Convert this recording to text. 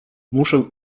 muszę